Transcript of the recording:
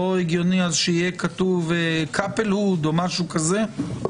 לא הגיוני שיהיה כתוב couple או משהו כזה?